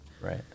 Right